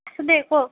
আছোঁ দে ক